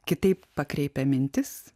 kitaip pakreipia mintis